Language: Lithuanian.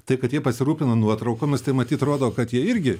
tai kad jie pasirūpino nuotraukomis tai matyt rodo kad jie irgi